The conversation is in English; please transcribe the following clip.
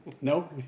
No